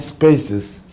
spaces